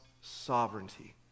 sovereignty